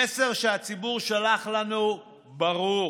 המסר שהציבור שלח לנו ברור